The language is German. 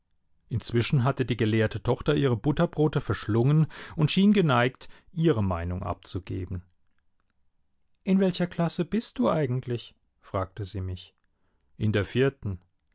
inzwischen hatte die gelehrte tochter ihre butterbrote verschlungen und schien geneigt ihre meinung abzugeben in welcher klasse bist du eigentlich fragte sie mich in der vierten